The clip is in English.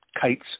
kites